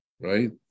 Right